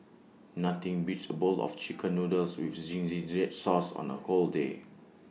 nothing beats A bowl of Chicken Noodles with Zingy Red Sauce on A cold day